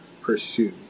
pursue